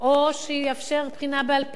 או שיאפשר בחינה בעל-פה.